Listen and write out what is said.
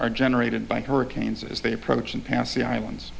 are generated by hurricanes as they approach and pass the islands